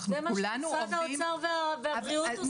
אנחנו כולנו עובדים --- זה מה שמשרד האוצר והבריאות עושים.